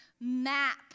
map